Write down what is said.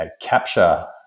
capture